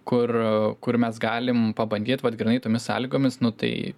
kur kur mes galim pabandyt vat grynai tomis sąlygomis nu tai